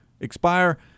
expire